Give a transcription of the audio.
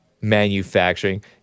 Manufacturing